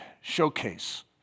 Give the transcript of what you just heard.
showcase